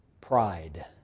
pride